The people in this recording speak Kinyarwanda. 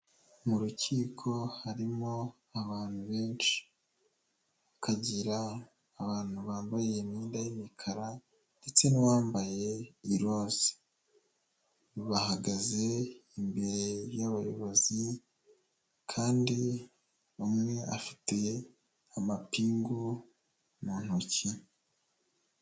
Mu rukiko harimo abantu benshi, hakagira abantu bambaye imyenda y'imikara ndetse n'uwambaye iroze, bahagaze imbere y'abayobozi, kandi umwe afite amapingu mu ntoki.